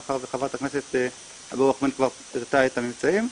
מאחר שחברת הכנסת אבו רחמון כבר פירטה את הממצאים,